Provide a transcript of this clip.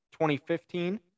2015